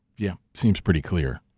yeah, seems pretty clear.